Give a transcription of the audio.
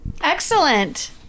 Excellent